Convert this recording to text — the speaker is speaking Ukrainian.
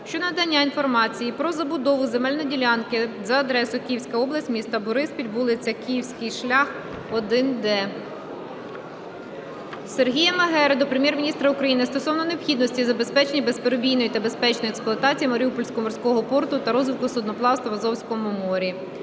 щодо надання інформації про забудову земельної ділянки за адресою: Київська область, місто Бориспіль, вулиця Київський Шлях, 1-д. Сергія Магери до Прем'єр-міністра України стосовно необхідності забезпечення безперебійної та безпечної експлуатації Маріупольського морського порту та розвитку судноплавства в Азовському морі.